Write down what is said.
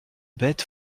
bête